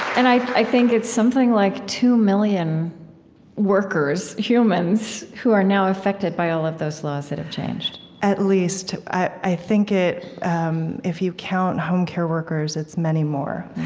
and i i think it's something like two million workers, humans, who are now affected by all of those laws that have changed at least. i think, um if you count home care workers, it's many more.